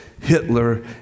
Hitler